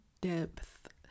depth